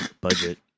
budget